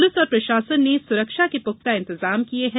police और प्रशासन ने सुरक्षा के पुख्ता इंतजाम किये हैं